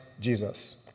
Jesus